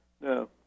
no